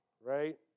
right